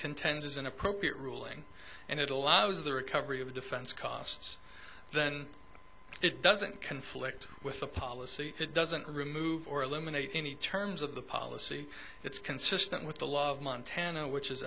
contends is an appropriate ruling and it allows the recovery of defense costs then it doesn't conflict with the policy it doesn't remove or eliminate any terms of the policy it's consistent with the law of montana which is